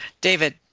David